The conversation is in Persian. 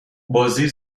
بازی